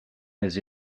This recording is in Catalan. els